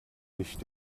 nicht